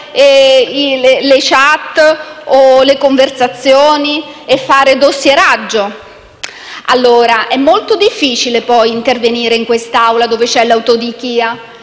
le *chat* o le conversazioni e fare dossieraggio. È molto difficile intervenire in quest'Aula dove c'è l'autodichia;